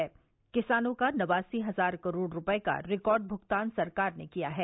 गन्ना किसानों का नवासी हजार करोड़ रूपये का रिकार्ड भ्गतान सरकार ने किया है